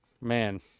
man